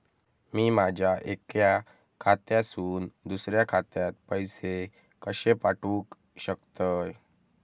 मी माझ्या एक्या खात्यासून दुसऱ्या खात्यात पैसे कशे पाठउक शकतय?